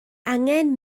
angen